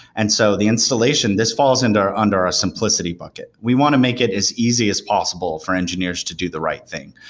and so the installation, this falls under our ah simplicity bucket. we want to make it as easy as possible for engineers to do the right thing.